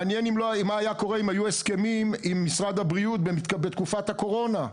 מעניין מה היה קורה אם היו הסכמים עם משרד הבריאות בתקופת הקורונה,